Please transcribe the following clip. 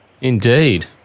Indeed